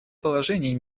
положений